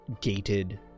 gated